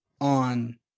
on